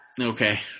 Okay